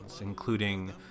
including